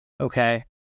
Okay